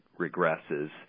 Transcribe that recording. regresses